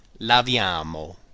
laviamo